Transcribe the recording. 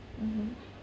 mmhmm